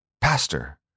pastor